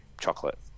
chocolate